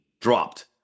dropped